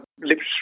lips